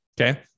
okay